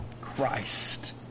Christ